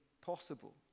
possible